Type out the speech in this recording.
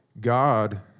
God